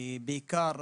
בעיקר,